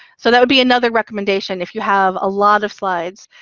so that would be another recommendation if you have a lot of slides,